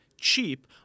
cheap